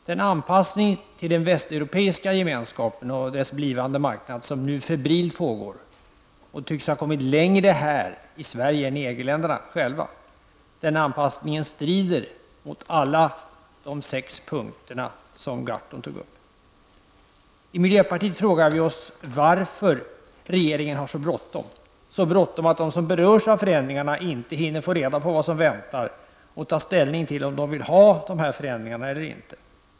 Den anpassning till den västeuropeiska gemenskapen och dess blivande inre marknad, som nu febrilt pågår och tycks ha kommit längre här i Sverige än i EG-länderna själva, strider mot alla sex punkter som Per Gahrton tog upp. I miljöpartiet frågar vi oss varför regeringen har så bråttom att de som berörs av förändringarna inte hinner få reda på vad som väntar dem och att ta ställning till om de vill ha dessa förändringar eller inte.